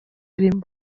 arimo